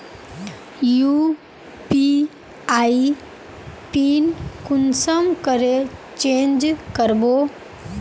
UPI PIN कुंसम करे change करबो?